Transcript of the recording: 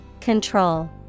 Control